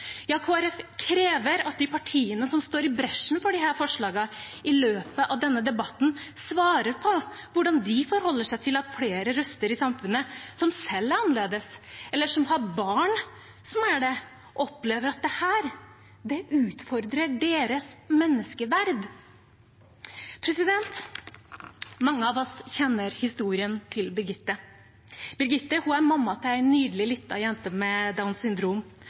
Ja, Kristelig Folkeparti krever at de partiene som går i bresjen for disse forslagene, i løpet av denne debatten svarer på hvordan de forholder seg til at flere røster i samfunnet – som selv er annerledes, eller som har barn som er det – opplever at dette utfordrer deres menneskeverd. Mange av oss kjenner historien til Birgitte. Birgitte er mamma til en nydelig, liten jente med Downs syndrom,